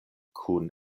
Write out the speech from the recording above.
kun